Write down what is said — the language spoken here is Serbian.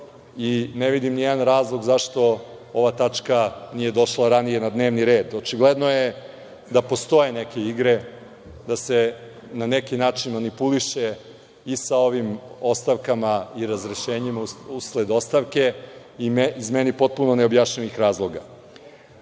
i ne vidim ni jedan razlog zašto ova tačka nije došla ranije na dnevni red. Očigledno je da postoje neke igre, da se na neki način manipuliše i sa ovim ostavkama i razrešenjima usled ostavke iz meni potpuno neobjašnjivih razloga.O